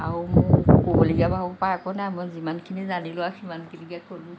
আৰু মোৰ ক'বলগীয়া বাৰু একো নাই মই যিমানখিনি জানিলোঁ আৰু সিমানখিনিকে ক'লোঁ